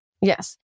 Yes